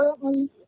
Currently